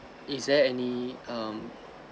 is there any um